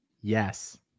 Yes